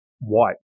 white